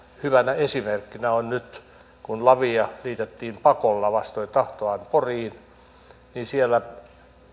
hyvänä esimerkkinä on nyt että kun lavia liitettiin pakolla vastoin tahtoaan poriin siellä